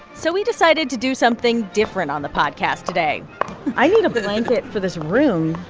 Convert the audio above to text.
so we decided to do something different on the podcast today i need a blanket for this room.